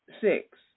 six